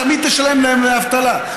ותמיד תשלם להם דמי אבטלה?